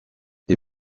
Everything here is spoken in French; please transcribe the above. les